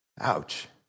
Ouch